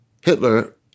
Hitler